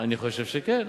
אני חושב שכן,